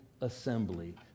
assembly